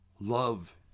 love